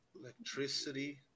electricity